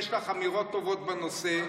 יש לך אמירות טובות בנושא,